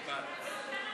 נתקבל.